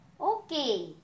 Okay